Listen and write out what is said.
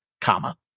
comma